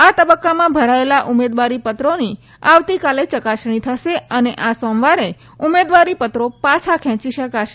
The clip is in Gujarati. આ તબક્કામાં ભરાયેલા ઉમેદવારી પત્રોની આવતીકાલે ચકાસણી થશે અને આ સોમવારે ઉમેદવારી પત્રો પાછા ખેંચી શકાશે